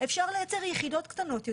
אפשר לייצר יחידות קטנות יותר,